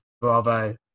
Bravo